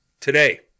today